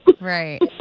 Right